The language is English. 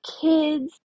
kids